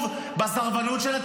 לא אגיד סליחה.